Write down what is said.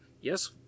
Yes